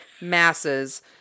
masses